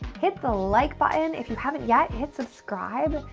hit the like button. if you haven't yet, hit subscribe.